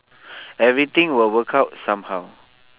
everything will work out somehow